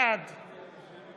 בעד